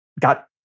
got